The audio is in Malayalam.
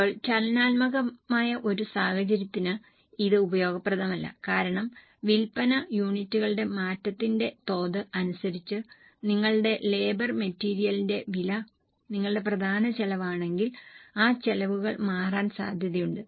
ഇപ്പോൾ ചലനാത്മകമായ ഒരു സാഹചര്യത്തിന് ഇത് ഉപയോഗപ്രദമല്ല കാരണം വിൽപ്പന യൂണിറ്റുകളുടെ മാറ്റത്തിന്റെ തോത് അനുസരിച്ച് നിങ്ങളുടെ ലേബർ മെറ്റീരിയലിന്റെ വില നിങ്ങളുടെ പ്രധാന ചെലവാണെങ്കിൽ ആ ചെലവുകൾ മാറാൻ സാധ്യതയുണ്ട്